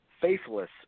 Faithless